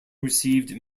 received